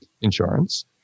insurance